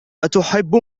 أتحب